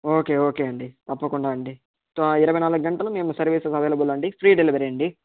okay okay అండి తప్పకుండా అండి ఆ ఇరవై నాలుగు గంటలు సర్విసు అవైలబుల్ అండి ఫ్రీ డెలివరీ అండి